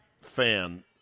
fan